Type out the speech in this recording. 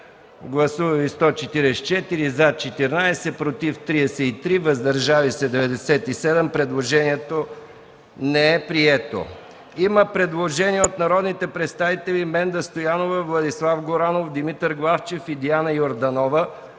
представители: за 14, против 33, въздържали се 97. Предложението не е прието. Има предложение от народните представители Менда Стоянова, Владислав Горанов, Димитър Главчев и Диана Йорданова,